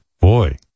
Boy